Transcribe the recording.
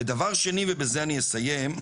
ודבר שני, ובזה אני אסיים,